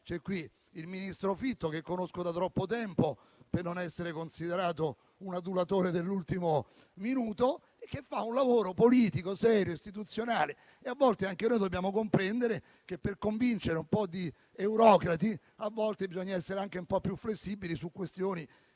C'è qui il ministro Fitto - lo conosco da troppo tempo per essere considerato un adulatore dell'ultimo minuto - che fa un lavoro politico serio, istituzionale. E, a volte, anche noi dobbiamo comprendere che, per convincere un po' di eurocrati, bisogna essere anche un po' più flessibili su questioni